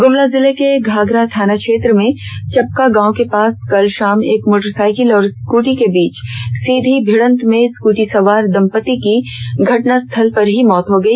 ग्ममला जिले के घाघरा थाना क्षेत्र में चपका गांव के पास कल शाम एक मोटरसाइकिल और स्कूटी के बीच सीधी भिड़ंत में स्कूटी सवार दंपति की घटनास्थल पर ही मौत हो गई